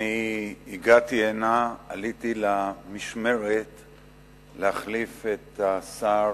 אני הגעתי הנה, עליתי למשמרת להחליף את השר